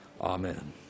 amen